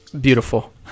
Beautiful